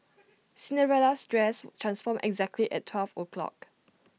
Cinderella's dress transformed exactly at twelve o' clock